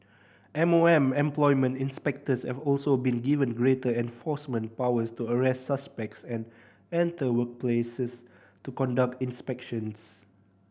M O M employment inspectors have also been given greater enforcement powers to arrest suspects and enter workplaces to conduct inspections